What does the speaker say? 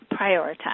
prioritize